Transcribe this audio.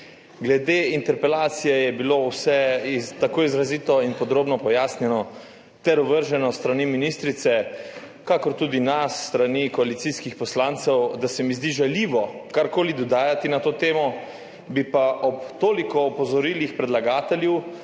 Glede interpelacije, je bilo vse tako izrazito in podrobno pojasnjeno ter ovrženo s strani ministrice, kakor tudi nas s strani koalicijskih poslancev, da se mi zdi žaljivo karkoli dodajati na to temo, bi pa ob toliko opozorilih predlagatelju